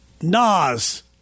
Nas